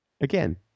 Again